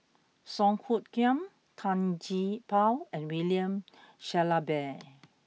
Song Hoot Kiam Tan Gee Paw and William Shellabear